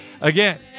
Again